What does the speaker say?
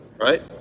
right